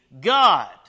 God